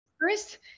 first